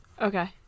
okay